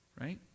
right